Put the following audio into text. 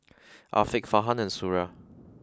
Afiq Farhan and Suria